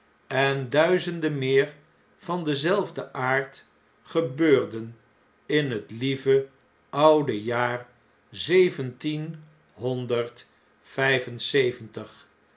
en duizenden meer vandenzelfden aard gebeurden in het lieve oude jaar zeventienhonderd